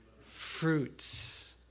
fruits